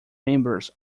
members